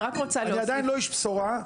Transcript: אני עדיין לא איש בשורה.